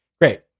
Great